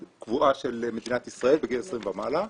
קבועה של מדינת ישראל מגיל 20 ומעלה,